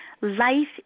life